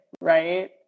Right